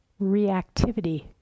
reactivity